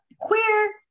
queer